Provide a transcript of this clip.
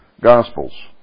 Gospels